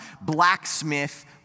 blacksmith